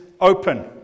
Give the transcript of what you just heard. open